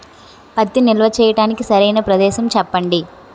పత్తి నిల్వ చేయటానికి సరైన ప్రదేశం చెప్పండి?